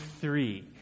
three